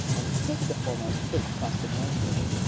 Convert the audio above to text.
and hit the foremost pig across the nose with it.